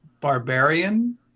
Barbarian